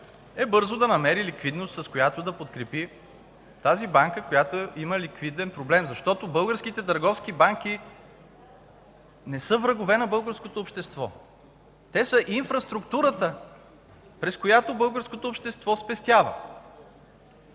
е бързо да намери ликвидност, с която да подкрепи тази банка, която има ликвиден проблем, защото българските търговски банки не са врагове на българското общество, те са инфраструктурата, през която българското общество спестява